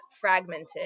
fragmented